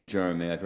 Jeremy